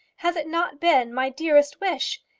has it not been my dearest wish?